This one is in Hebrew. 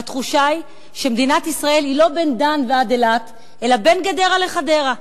והתחושה שהיא שמדינת ישראל היא לא מדן ועד אילת אלא בין גדרה לחדרה.